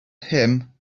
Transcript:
him